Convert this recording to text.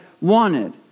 wanted